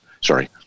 Sorry